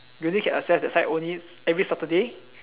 we only can access that side only every Saturday